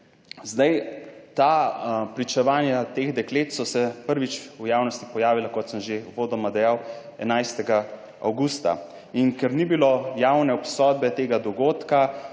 Sedaj, ta pričevanja teh deklet so se prvič v javnosti pojavila, kot sem že uvodoma dejal, 11. avgusta in ker ni bilo javne obsodbe tega dogodka,